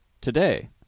today